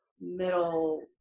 middle